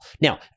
Now